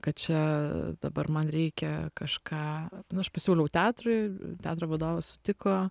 kad čia dabar man reikia kažką aš nu pasiūliau teatrui ir teatro vadovas sutiko